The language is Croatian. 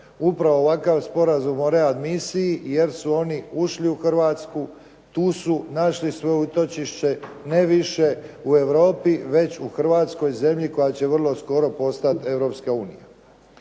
upravo ovakav sporazum o readmisiji, jer su oni ušli u Hrvatsku, tu su našli svoje utočište, ne više u Europi već u Hrvatskoj, zemlji koja će vrlo skoro postat Europska unija.